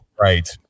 Right